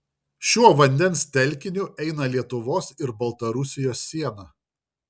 šiuo vandens telkiniu eina lietuvos ir baltarusijos siena